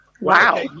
Wow